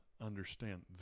understand